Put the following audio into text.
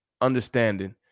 understanding